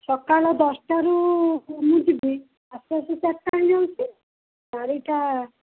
ସକାଳ ଦଶଟାରୁ ମୁଁ ଯିବି ଆସୁ ଆସୁ ଚାରିଟା ହେଇଯାଉଛି ଚାରିଟା